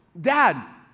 Dad